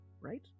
right